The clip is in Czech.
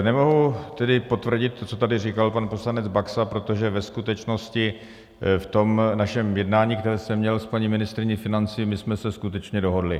Nemohu potvrdit to, co tady říkal pan poslanec Baxa, protože ve skutečnosti v našem jednání, které jsem měl s paní ministryní financí, jsme se skutečně dohodli.